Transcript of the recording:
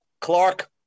Clark